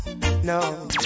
no